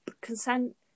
consent